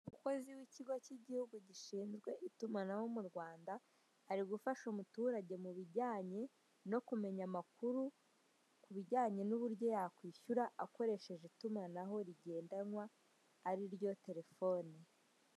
Umukozi w'ikigo cy'igihugu gishizwe itumanaho mu Rwanda, ari gufasha umuturage mu bijyanye no kumenya amakuru ku bijyanye nuburyo yakwishyura akoresheje itumanaho rigendanwa ari ryo telefoni.